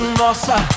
nossa